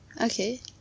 Okay